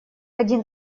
один